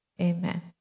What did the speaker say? amen